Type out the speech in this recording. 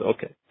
Okay